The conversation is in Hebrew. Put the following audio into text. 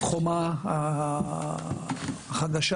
החומה החדשה,